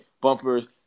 Bumpers